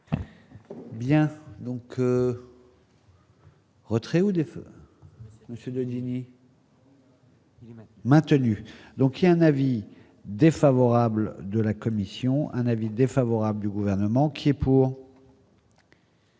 Bien donc. Retrait ou des feux Monsieur Denis. Maintenu donc y a un avis défavorable de la commission, un avis défavorable du gouvernement qui est pour.